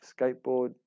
skateboard